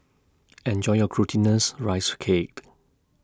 Enjoy your Glutinous Rice Caked